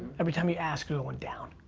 every time you ask, you're goin' down.